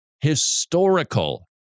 historical